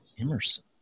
Emerson